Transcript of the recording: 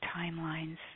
timelines